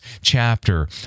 chapter